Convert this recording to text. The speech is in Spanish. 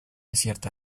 cierta